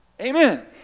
Amen